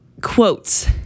quotes